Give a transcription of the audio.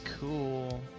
cool